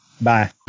Bye